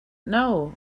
know